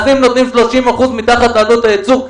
אתם נותנים 30 אחוזים מתחת לעלות הייצור,